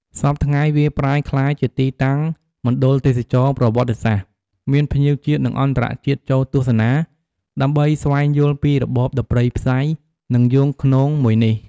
សព្វថ្ងៃ វាប្រែក្លាយជាទីតាំងមណ្ឌលទេសចរណ៍ប្រវត្តិសាស្ត្រ មានភ្ញៀវជាតិ និងអន្តរជាតិចូលទស្សនា ដើម្បីស្វែងយល់ពីរបបដ៏ព្រៃផ្សៃ និង យង់ឃ្នងមួយនេះ។